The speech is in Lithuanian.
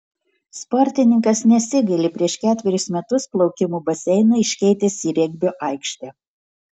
sportininkas nesigaili prieš ketverius metus plaukimo baseiną iškeitęs į regbio aikštę